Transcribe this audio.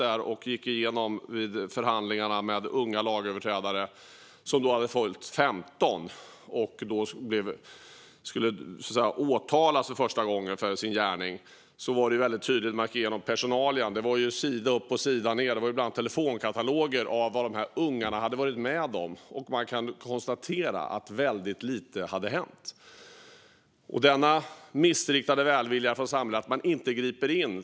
När man vid förhandlingar med unga lagöverträdare som hade fyllt 15 år och skulle åtalas för första gången för sina gärningar gick igenom personalia var det sida upp och sida ned med uppgifter om vad dessa ungar hade varit med om. Man kan konstatera att väldigt lite hade hänt från samhället. Det är en missriktad välvilja från samhället att inte gripa in.